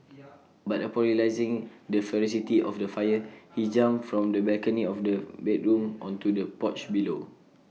but upon realising the ferocity of the fire he jumped from the balcony of the bedroom onto the porch below